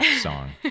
song